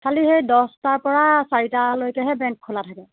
খালি সেই দহটাৰ পৰা চাৰিটালৈকেহে বেংক খোলা থাকে